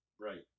Right